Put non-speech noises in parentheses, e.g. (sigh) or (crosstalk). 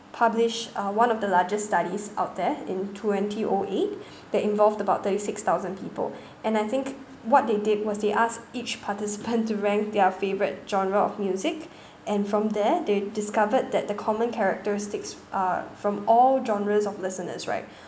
publish uh one of the largest studies out there in twenty o eight (breath) that involved about thirty six thousand people (breath) and I think what they did was they asked each participant (laughs) to rank their favourite genre of music (breath) and from there they discovered that the common characteristics are from all genres of listeners right